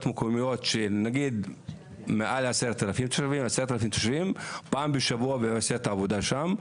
מקומיות של מעל 10,000 תושבים פעם בשבוע ויעשה את העבודה שם.